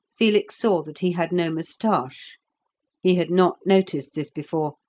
felix saw that he had no moustache he had not noticed this before.